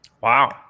Wow